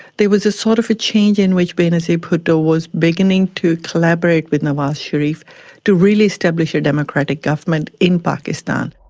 there was a sort of a change in which benazir bhutto was beginning to collaborate with nawaz sharif to really establish a democratic government in pakistan.